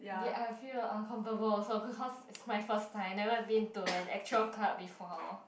ya I feel uncomfortable also cause it's my first time never been to an actual club before